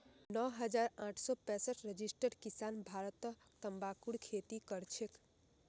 नौ हजार आठ सौ पैंसठ रजिस्टर्ड किसान भारतत तंबाकूर खेती करछेक